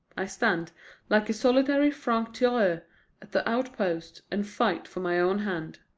i stand like a solitary franc-tireur at the outposts, and fight for my own hand.